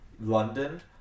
London